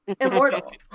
immortal